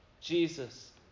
Jesus